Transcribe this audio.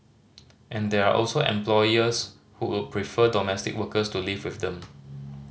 and there are also employers who would prefer domestic workers to live with them